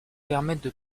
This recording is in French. permettent